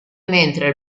mentre